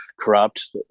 corrupt